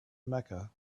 mecca